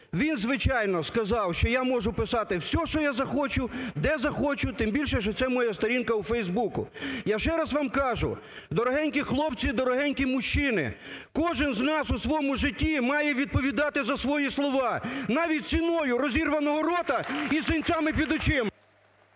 він, звичайно, сказав, що "я можу писати все, що я захочу, де захочу, тим більше що це моя сторінка в "Фейсбуку". Я ще раз вам кажу: дорогенькі хлопці і дорогенькі мужчини, кожен з нас у своєму житті має відповідати за свої слова, навіть ціною розірваного рота і синцями під очима…"